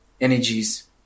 energies